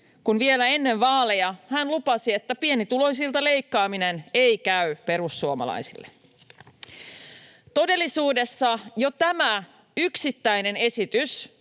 kun vielä ennen vaaleja hän lupasi, että pienituloisilta leikkaaminen ei käy perussuomalaisille. Todellisuudessa jo tämä yksittäinen esitys